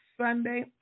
Sunday